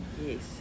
Yes